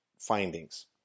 findings